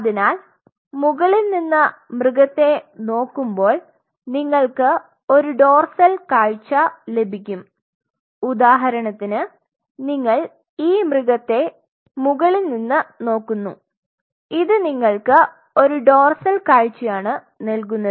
അതിനാൽ മുകളിൽ നിന്ന് മൃഗത്തെ നോക്കുമ്പോൾ നിങ്ങൾക് ഒരു ഡോർസൽ കാഴ്ച ലഭിക്കും ഉദാഹരണത്തിന് നിങ്ങൾ ഈ മൃഗത്തെ മുകളിൽ നിന്ന് നോക്കുന്നു ഇത് നിങ്ങൾക് ഒരു ഡോർസൽ കാഴ്ച ആണ് നൽകുന്നത്